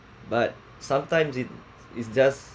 but sometimes it is just